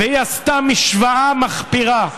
והיא עשתה השוואה מחפירה,